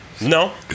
No